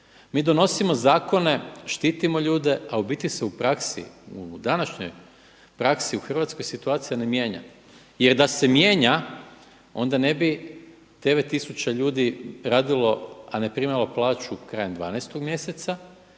Mi donosimo zakone, štitimo ljude a u biti se u praksi u današnjoj praksi, u Hrvatskoj situacija ne mijenja. Jer da se mijenja onda ne bi 9000 ljudi radilo a ne primalo plaću krajem 12 mjeseca